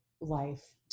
life